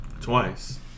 Twice